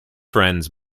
friends